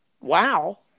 Wow